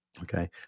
Okay